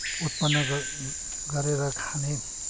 उत्पन्न ग गरेर खाने